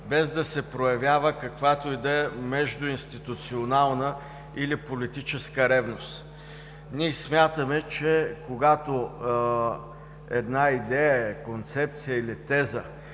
без да се проявява каквато й да е междуинституционална или политическа ревност, ние смятаме, че когато една идея, концепция или теза